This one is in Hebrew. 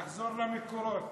כן, כן, תחזור למקורות.